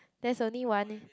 that's only one